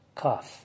Cough